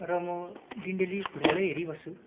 र म दिन डेली फुटबलै हेरिबस्छु